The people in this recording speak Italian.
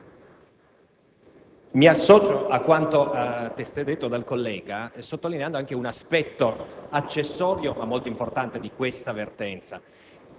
mi associo a quanto testé detto dal collega, sottolineando anche un aspetto accessorio, ma molto importante di quella vertenza.